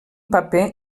paper